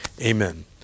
amen